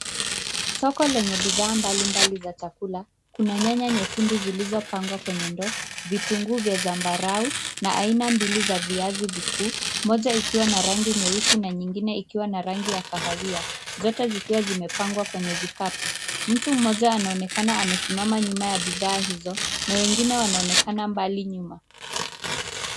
Soko lenye bidhaa mbalimbali za chakula. Kuna nyanya nyekundu zilizopangwa kwenye ndoo, vitunguu vya zambarau na aina mbili za viazi vikuu. Moja ikiwa na rangi nyeusi na nyingine ikiwa na rangi ya kahawia, zote zikiwa zimepangwa kwenye vikapu. Mtu mmoja anaonekana amesimama nyuma ya bidhaa hizo na wengine wanaonekana mbali nyuma.